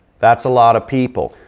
that's a lot of people.